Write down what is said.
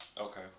Okay